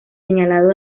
señalado